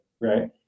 right